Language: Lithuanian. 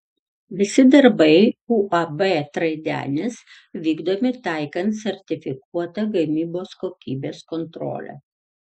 visi darbai uab traidenis vykdomi taikant sertifikuotą gamybos kokybės kontrolę